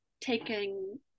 taking